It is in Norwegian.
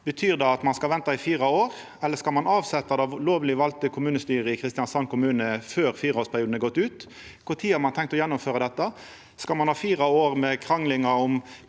Betyr det at ein skal venta i fire år, eller skal ein avsetja det lovleg valde kommunestyret i Kristiansand kommune før fireårsperioden er gått ut? Kva tid har ein tenkt å gjennomføra dette? Skal ein ha fire år med krangling om